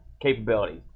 capabilities